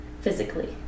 physically